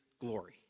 glory